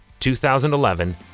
2011